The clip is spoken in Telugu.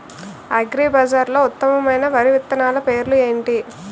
అగ్రిబజార్లో ఉత్తమమైన వరి విత్తనాలు పేర్లు ఏంటి?